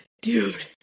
dude